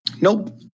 Nope